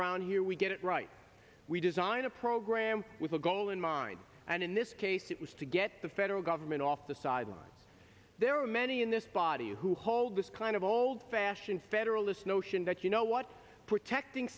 around here we get it right we design a program with a goal in mind and in this case it was to get the federal government off the sideline there are many in this body who hold this kind of old fashioned federalist notion that you know what protecting